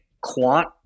quant